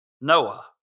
Noah